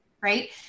Right